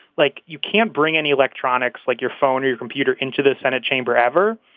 like you can't bring any electronics like your phone or your computer into the senate chamber ever.